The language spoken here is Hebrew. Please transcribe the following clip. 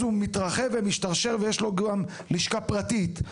הוא מתרחב ומשתרשר ויש לו גם לשכה פרטית.